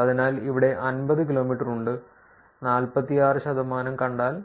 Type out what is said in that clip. അതിനാൽ ഇവിടെ 50 കിലോമീറ്റർ ഉണ്ട് 46 ശതമാനം കണ്ടാൽ